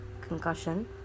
concussion